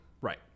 Right